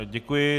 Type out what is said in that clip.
Děkuji.